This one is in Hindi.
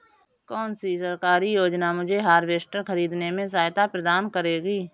कौन सी सरकारी योजना मुझे हार्वेस्टर ख़रीदने में सहायता प्रदान करेगी?